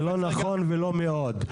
זה לא נכון ולא מאוד.